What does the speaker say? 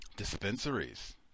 dispensaries